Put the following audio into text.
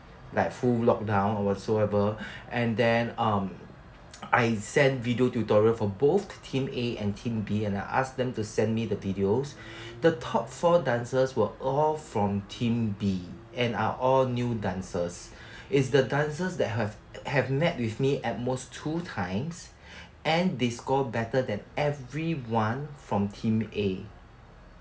like full lockdown whatsoever and then um I sent video tutorial for both team A and team B and I asked them to send me the videos the top four dancers were all from team B and are all new dancers it's the dancers that have have met with me at most two times and they score better than everyone from team A